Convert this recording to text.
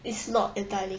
it's not entirely carb